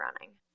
running